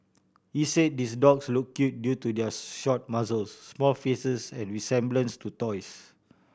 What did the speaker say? he said these dogs look cute due to their short muzzles small faces and resemblance to toys